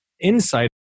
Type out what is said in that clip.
insight